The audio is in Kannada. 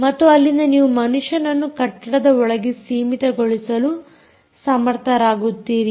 ಮತ್ತು ಅಲ್ಲಿಂದ ನೀವು ಮನುಷ್ಯನನ್ನು ಕಟ್ಟಡದ ಒಳಗೆ ಸೀಮಿತಗೊಳಿಸಲು ಸಮರ್ಥರಾಗುತ್ತೀರಿ